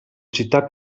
città